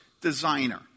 designer